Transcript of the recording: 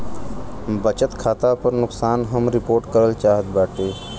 बचत खाता पर नुकसान हम रिपोर्ट करल चाहत बाटी